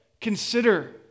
consider